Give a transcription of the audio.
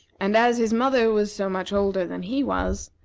and as his mother was so much older than he was,